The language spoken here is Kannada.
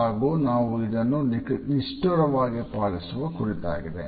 ಇದು ನಾವು ಸಮಯವನ್ನು ನಿಷ್ಠರಾಗಿ ಪಾಲಿಸುವ ಕುರಿತಾಗಿದೆ